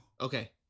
Okay